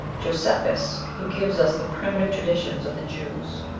josephus, who gives us the primitive traditions of the jews,